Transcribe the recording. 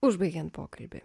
užbaigiant pokalbį